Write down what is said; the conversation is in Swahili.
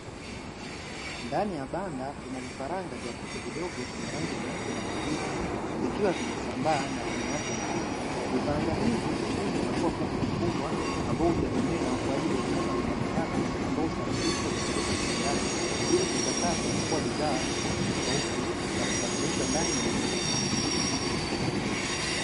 Ndani ya banda kuna vifaranga vya kuku vidogo vyenye rangi nyeupe na kilimo, zikiwa zimesambaa na zenye afya nzuri vifaranga hivi hukuzwa na kuwa kuku wakubwa ambao hutegemewa kwa ajili ya nyama na mayai yake ambayo usafirishwa kupelekwa kiwandani ili kuchakatwa na kuwa bidhaa tofautitofauti na kusafirisha ndani na nje ya nchi.